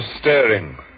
staring